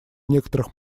некоторых